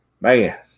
man